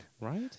Right